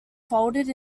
folded